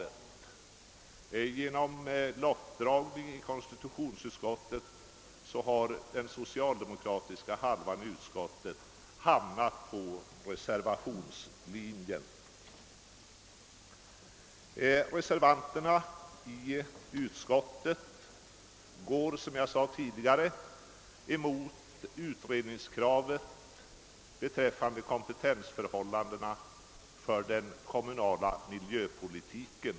Genom lottdragning inom konstitutionsutskottet har den socialdemokratiska halvan av utskottet hamnat på reservationslinjen. Reservanterna i utskottet går, som jag tidigare sade, emot utredningskravet beträffande kompetensförhållandena för den kommunala miljöpolitiken.